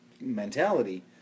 mentality